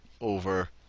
over